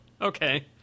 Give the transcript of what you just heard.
okay